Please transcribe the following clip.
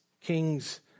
Kings